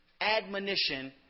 admonition